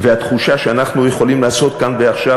והתחושה שאנחנו יכולים לעשות כאן ועכשיו,